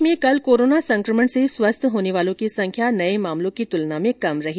प्रदेश में कल कोरोना संकमण से स्वस्थ होने वालों की संख्या नए मामलों की तुलना में कम रही